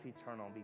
eternal